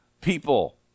people